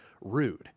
rude